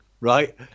right